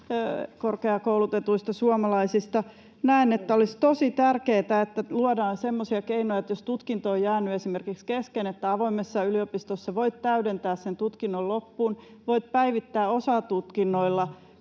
korkeakoulutetuista suomalaisista ole mihinkään: näen, että olisi tosi tärkeätä, että luodaan semmoisia keinoja, että jos tutkinto on jäänyt esimerkiksi kesken, niin avoimessa yliopistossa voit täydentää sen tutkinnon loppuun, voit päivittää osatutkinnoilla.